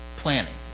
planning